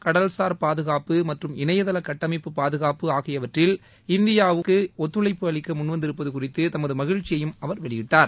கடல்சார் பாதுகாப்பு மற்றும் இணையதள கட்டமைப்பு பாதுகாப்பு ஆகியவற்றில் இந்தியாவுக்கு ஒத்துழைப்பு அளிக்க முன்வந்திருப்பது குறித்து தமது மகிழ்ச்சியையும் அவர் வெளியிட்டார்